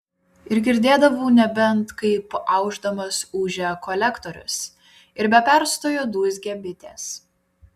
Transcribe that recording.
ir girdėdavau nebent kaip aušdamas ūžia kolektorius ir be perstojo dūzgia bitės